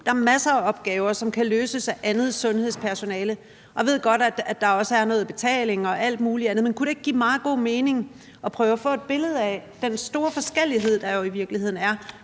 der er masser af opgaver, som kan løses af andet sundhedspersonale. Jeg ved godt, at der også er noget betaling og alt muligt andet. Men kunne det ikke give meget god mening at prøve at få et billede af den store forskellighed, der jo i virkeligheden er